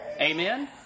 Amen